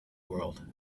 world